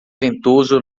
ventoso